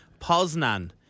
Poznan